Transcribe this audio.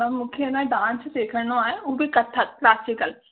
त मूंखे न डांस सिखिणो आहे हूं बि कथक क्लासिकल